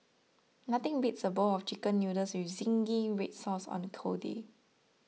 nothing beats a bowl of Chicken Noodles with Zingy Red Sauce on a cold day